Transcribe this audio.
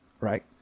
right